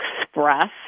express